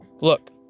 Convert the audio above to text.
Look